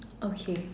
okay